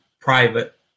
private